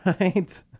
right